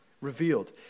revealed